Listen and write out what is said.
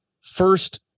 first